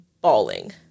bawling